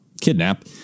kidnap